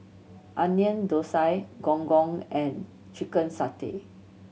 Onion Thosai Gong Gong and chicken satay